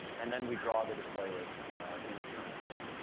and then we draw the display list in its current state.